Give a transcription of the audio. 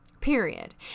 Period